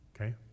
okay